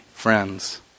Friends